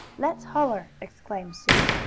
let's holler! exclaimed sue.